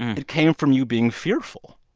it came from you being fearful,